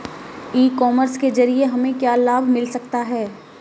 ई commerce के ज़रिए हमें क्या क्या लाभ मिल सकता है?